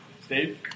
Steve